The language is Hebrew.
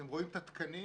אתם רואים את התקנים.